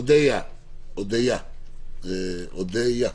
אודיה, תודה.